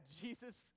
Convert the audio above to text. Jesus